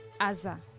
Aza